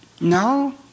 No